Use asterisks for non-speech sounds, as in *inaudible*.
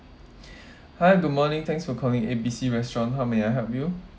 *breath* hi good morning thanks for calling A B C restaurant how may I help you